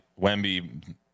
Wemby